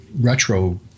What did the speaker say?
retro